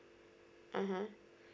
mmhmm